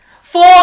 four